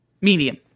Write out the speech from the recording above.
Medium